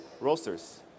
roasters